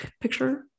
picture